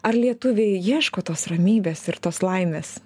ar lietuviai ieško tos ramybės ir tos laimės